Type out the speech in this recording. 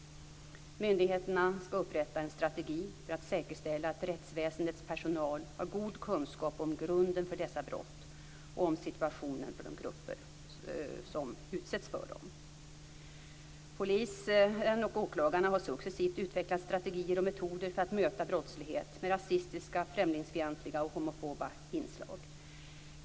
Myndigheterna ska upprätta en strategi för att säkerställa att rättsväsendets personal har god kunskap om grunden för dessa brott och om situationen för de grupper som utsätts för dem. Polisen och åklagarna har successivt utvecklat strategier och metoder för att möta brottslighet med rasistiska, främlingsfientliga och homofoba inslag.